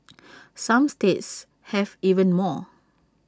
some states have even more